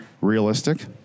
Realistic